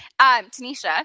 Tanisha